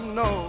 no